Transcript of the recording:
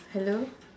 hello